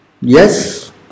Yes